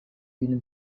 ibintu